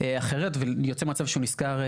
לפעמים זה זולג.